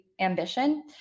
ambition